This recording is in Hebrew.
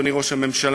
אדוני ראש הממשלה,